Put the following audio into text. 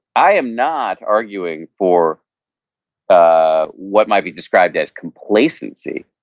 i am not arguing for ah what might be described as complacency,